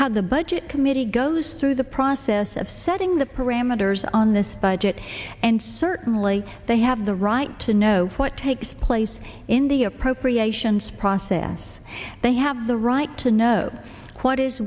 how the budget committee goes through the process of setting the parameters on this budget and certainly they have the right to know what takes place in the appropriations process they have the right to know